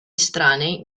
estranei